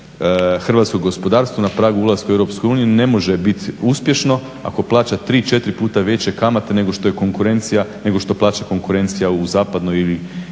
hrvatsko gospodarstvo na pragu u Europsku uniju ne može biti uspješno ako plaća tri, četiri puta veće kamate nego što je konkurencija, nego što